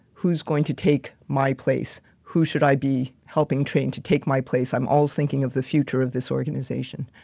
who's going to take my place? who should i be helping train to take my place? i'm always thinking of the future of this organization.